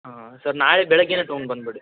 ಹಾಂ ಸರ್ ನಾಳೆ ಬೆಳಗ್ಗೆನೇ ತಗೊಂಡ್ಬಂದ್ಬಿಡಿ